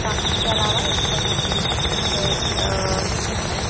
طاقت کے علاوہ یہ بہت ہم اس سے ہمیں